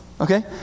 okay